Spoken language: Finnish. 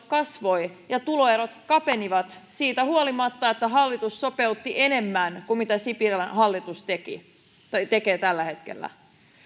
kasvoivat ja tuloerot kapenivat siitä huolimatta että hallitus sopeutti enemmän kuin mitä sipilän hallitus tekee tällä hetkellä